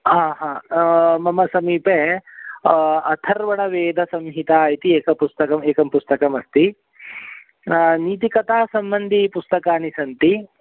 ह मम समीपे अथर्वणवेदसंहिता इति एकं पुस्तकम् एकं पुस्तकम् अस्ति नीतिकथासम्बन्धिपुस्तकानि सन्ति